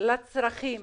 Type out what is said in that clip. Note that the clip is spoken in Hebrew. לצרכים